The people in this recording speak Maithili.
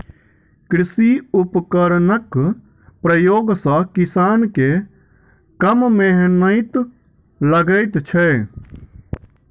कृषि उपकरणक प्रयोग सॅ किसान के कम मेहनैत लगैत छै